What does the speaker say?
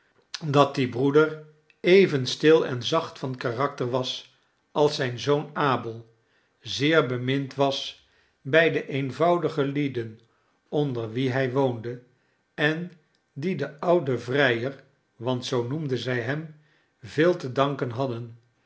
dat die broeder die even stil en zacht van karakter was als zijn zoon abel zeer bemind was bij de eenvoudige lieden onder wie hij woonde en die den ouden vrijer want zoo noemden zij hem veel te danken hadden